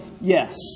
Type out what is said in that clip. yes